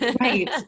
Right